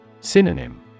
Synonym